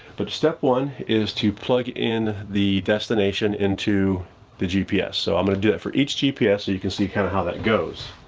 but step one is to plug in the destination into the gps. so i'm gonna do that for each gps, so you can see kind of how that goes.